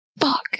Fuck